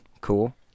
cool